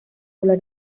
hablar